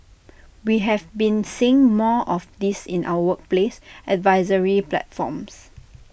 we have been seeing more of this in our workplace advisory platforms